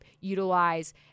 utilize